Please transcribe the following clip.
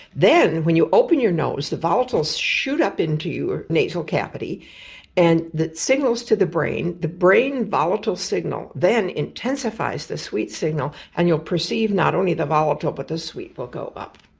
then, when you open your nose the volatiles shoot up into your nasal cavity and that signals to the brain, the brain volatile signal then intensifies the sweet signal and you'll perceive not only the volatile but the sweet will go up.